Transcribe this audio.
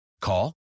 Call